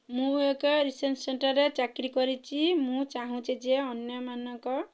ମୁଁ ଏକ ରିସେଣ୍ଟ୍ ସେଣ୍ଟର୍ରେ ଚାକିରି କରିଛି ମୁଁ ଚାହୁଁଛି ଯେ ଅନ୍ୟମାନଙ୍କ